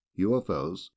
ufos